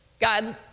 God